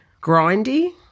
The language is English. grindy